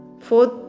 fourth